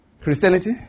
Christianity